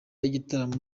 y’ibitaramo